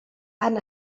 han